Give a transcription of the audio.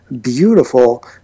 beautiful